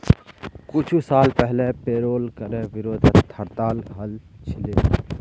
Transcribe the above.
कुछू साल पहले पेरोल करे विरोधत हड़ताल हल छिले